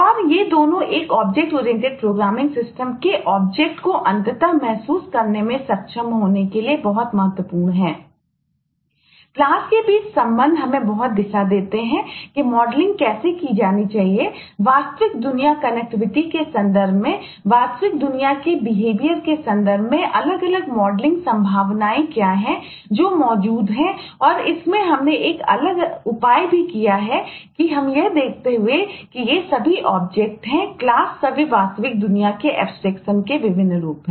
और ये दोनों एक ऑब्जेक्ट ओरिएंटेड प्रोग्रामिंग के विभिन्न रूप हैं